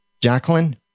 Jacqueline